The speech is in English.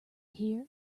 hear